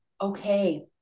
Okay